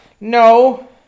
No